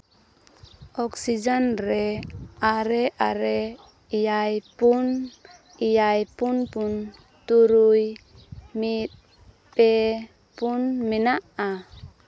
oxygen ᱨᱮ ᱟᱨᱮ ᱟᱨᱮ ᱮᱭᱟᱭ ᱯᱩᱱ ᱮᱭᱟᱭ ᱯᱩᱱ ᱯᱩᱱ ᱛᱩᱨᱩᱭ ᱢᱤᱫ ᱯᱮ ᱯᱩᱱ ᱢᱮᱱᱟᱜᱼᱟ